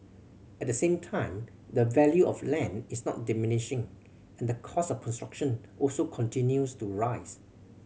at the same time the value of land is not diminishing and the cost of construction also continues to rise